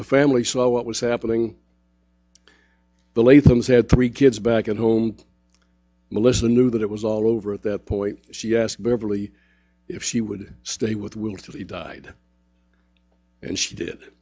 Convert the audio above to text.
the family saw what was happening the latents had three kids back at home melissa knew that it was all over at that point she asked beverly if she would stay with will three died and she did